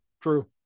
True